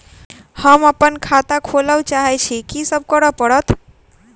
हम अप्पन खाता खोलब चाहै छी की सब करऽ पड़त?